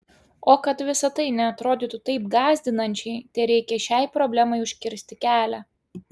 o kad visa tai neatrodytų taip gąsdinančiai tereikia šiai problemai užkirsti kelią